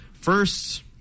First